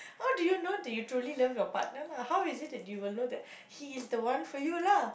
how do you know that you truly love your partner lah how is it that you will know that he is the one for you lah